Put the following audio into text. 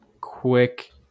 quick